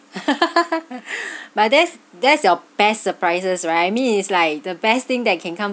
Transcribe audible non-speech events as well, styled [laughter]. [laughs] but that's that's your best surprises right I mean it's like the best thing that can come